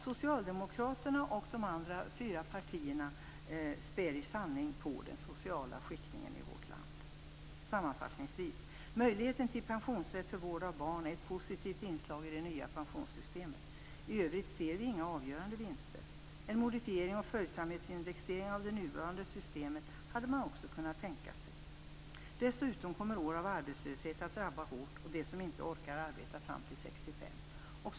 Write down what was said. Socialdemokraterna och de fyra andra partierna spär i sanning på den sociala skiktningen i vårt land. Sammanfattningsvis: Möjligheten till pensionsrätt för vård av barn är ett positivt inslag i det nya pensionssystemet. I övrigt ser vi inga avgörande vinster. En modifiering och följsamhetsindexering av det nuvarande systemet hade man också kunnat tänka sig. Dessutom kommer år av arbetslöshet att drabba hårt, och de som inte orkar arbeta fram till 64 drabbas också.